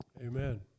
Amen